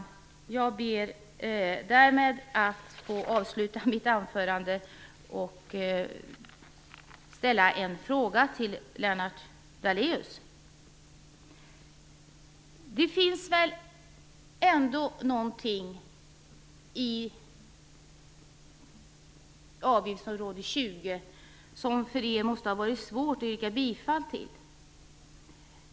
Jag ber att få avsluta mitt anförande med att ställa en fråga till Lennart Daléus. Det finns väl ändå någonting i utgiftsområde 20 som måste ha varit svårt att yrka bifall till för Centerpartiet?